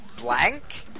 blank